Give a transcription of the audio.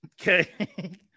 Okay